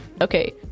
okay